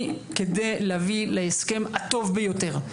באמת כדי להביא להסכם הטוב ביותר.